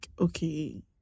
okay